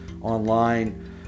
online